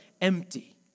empty